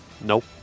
Nope